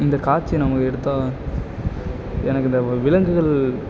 இந்த காட்சியை நம்ம எடுத்தால் எனக்கு இந்த விலங்குகள்